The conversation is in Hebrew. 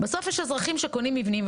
בסוף יש אזרחים שקונים מבנים.